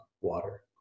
water